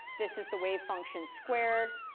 this is the wave function squared,